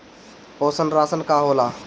पोषण राशन का होला?